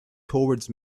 towards